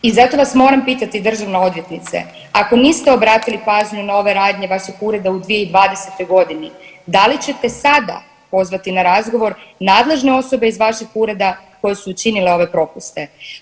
I zato vas moram pitati državna odvjetnice, ako niste obratili pažnju na ove radnje vašeg ureda u 2020.g. da li ćete sada pozvati na razgovor nadležne osobe iz vašeg ureda koje su učinile ove propuste?